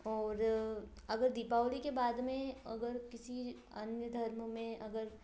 और अगर दीपावली के बाद में अगर किसी अन्य धर्म में अगर